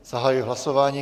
Zahajuji hlasování.